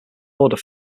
order